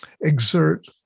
exert